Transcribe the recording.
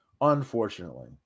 Unfortunately